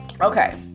Okay